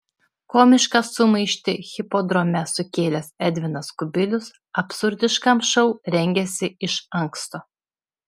komišką sumaištį hipodrome sukėlęs edvinas kubilius absurdiškam šou rengėsi iš anksto